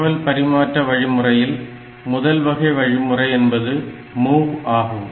தகவல் பரிமாற்ற வழிமுறையில் முதல் வகை வழிமுறை என்பது MOV ஆகும்